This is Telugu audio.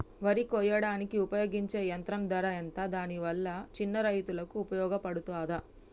వరి కొయ్యడానికి ఉపయోగించే యంత్రం ధర ఎంత దాని వల్ల చిన్న రైతులకు ఉపయోగపడుతదా?